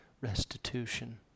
restitution